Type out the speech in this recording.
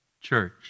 church